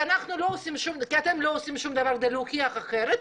כי אתם לא עושים שום דבר כדי להוכיח אחרת,